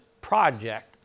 project